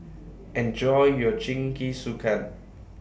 Enjoy your Jingisukan